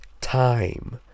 time